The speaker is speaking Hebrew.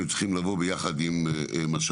שצריכים לבוא ביחד עם משאבים.